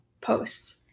post